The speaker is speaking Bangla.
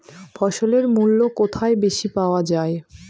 ফসলের মূল্য কোথায় বেশি পাওয়া যায়?